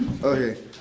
Okay